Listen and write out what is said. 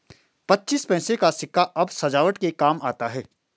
पच्चीस पैसे का सिक्का अब सजावट के काम आता है